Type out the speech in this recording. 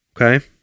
Okay